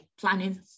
planning